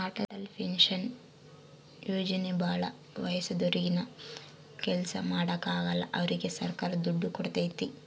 Atal pension ಯೋಜನೆ ಭಾಳ ವಯಸ್ಸಾದೂರಿಗೆ ಏನು ಕೆಲ್ಸ ಮಾಡಾಕ ಆಗಲ್ಲ ಅವ್ರಿಗೆ ಸರ್ಕಾರ ದುಡ್ಡು ಕೋಡ್ತೈತಿ